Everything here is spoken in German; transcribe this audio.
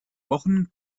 wochen